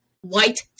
White